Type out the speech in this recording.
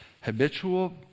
habitual